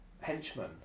henchman